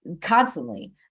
constantly